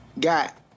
got